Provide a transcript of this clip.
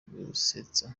gusetsa